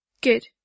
Good